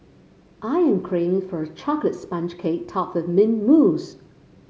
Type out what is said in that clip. I am craving for a chocolate sponge cake topped with mint mousse